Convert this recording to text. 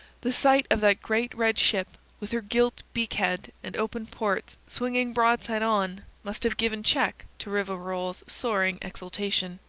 the sight of that great red ship with her gilt beak-head and open ports swinging broadside on must have given check to rivarol's soaring exultation.